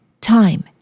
time